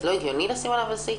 לא הגיוני לשים עליו אזיק?